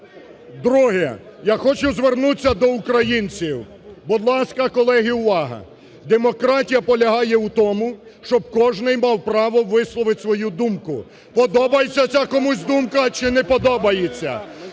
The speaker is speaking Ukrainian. Друге, я хочу звернутися до українців. Будь ласка, колеги, увага! Демократія полягає у тому, щоб кожний мав право висловити свою думку, подобається ця комусь думка чи не подобається.